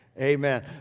Amen